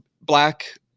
black